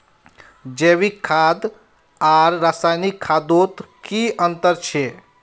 जैविक खाद आर रासायनिक खादोत की अंतर छे?